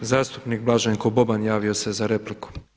Zastupnik Blaženko Boban javio se za repliku.